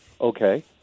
Okay